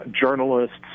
journalists